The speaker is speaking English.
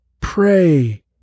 pray